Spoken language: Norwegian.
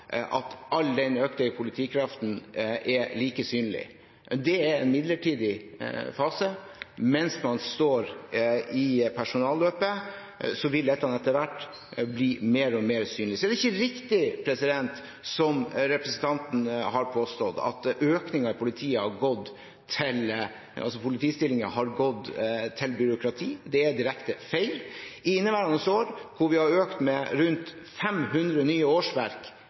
at all den økte politikraften ikke er like synlig. Det er en midlertidig fase mens man står i personalløpet, og så vil dette etter hvert bli mer og mer synlig. Det er ikke riktig, som representanten har påstått, at økningen i antall politistillinger har gått til byråkrati – det er direkte feil. I inneværende år, da vi har økt med rundt 500 nye årsverk